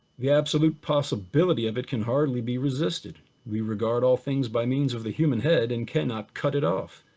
the absolute possibility of it can hardly be resisted, we regard all things by means of the human head and cannot cut it off.